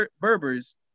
Berbers